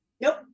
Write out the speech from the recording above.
Nope